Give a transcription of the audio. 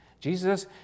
Jesus